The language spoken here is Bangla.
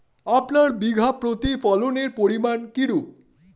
আপনার বিঘা প্রতি ফলনের পরিমান কীরূপ?